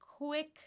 quick